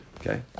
Okay